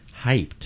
hyped